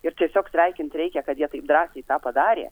ir tiesiog sveikint reikia kad jie taip drąsiai tą padarė